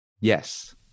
yes